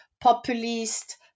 populist